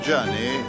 journey